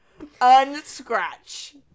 unscratch